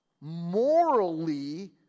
morally